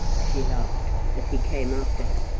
she laughed, as he came after her.